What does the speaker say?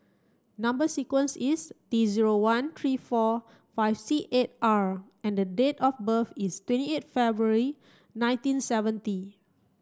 number sequence is T zero one three four five six eight R and date of birth is twenty eight February nineteen seventy